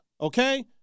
okay